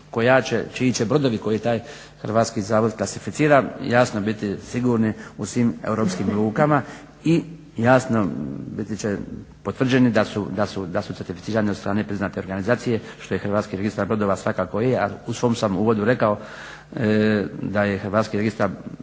čiji će brodovi koje je taj Hrvatski zavod klasificira jasno biti sigurni u svim europskim lukama i jasno biti će potvrđeni da su certificirani od stane priznate organizacije što je Hrvatski registar brodova svakako je. Ali u svom sam uvodu rekao da je Hrvatski registar